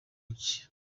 iki